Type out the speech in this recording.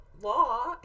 law